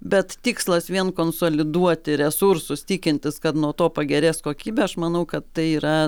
bet tikslas vien konsoliduoti resursus tikintis kad nuo to pagerės kokybė aš manau kad tai yra